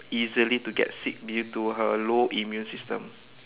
easily to get sick due to her low immune system